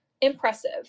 impressive